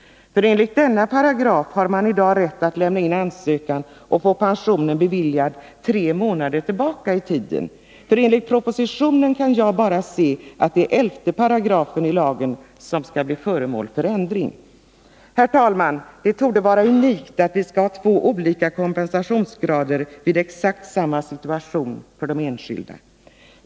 Enligt denna paragraf har man i dag rätt att lämna in ansökan och få pensionen beviljad tre månader tillbaka i tiden. Enligt propositionen är det, efter vad jag kan se, bara 11 § i lagen som skall bli föremål för ändring. Herr talman! Det torde vara unikt att vi skall ha två olika kompensationsgrader i exakt samma situation för de enskilda.